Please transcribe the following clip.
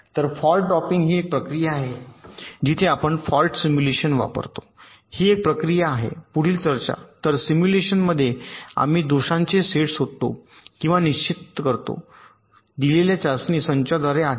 तर fault dropping ही एक प्रक्रिया आहे जिथे आपण फॉल्ट सिम्युलेशन वापरतो ही एक प्रक्रिया आहे पुढील चर्चा तर सिम्युलेशनमध्ये आम्ही दोषांचे सेट शोधतो किंवा निश्चित करतो दिलेल्या चाचणी संचाद्वारे आढळले